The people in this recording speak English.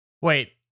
Wait